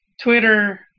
Twitter